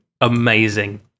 amazing